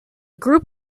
group